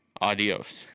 Adios